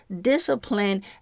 discipline